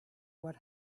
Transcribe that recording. what